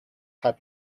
had